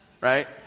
right